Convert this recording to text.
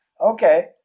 Okay